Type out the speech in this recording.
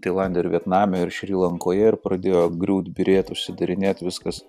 tailande ir vietname ir šri lankoje ir pradėjo griūt byrėt užsidarinėt viskas